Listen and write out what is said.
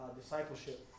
discipleship